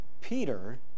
Peter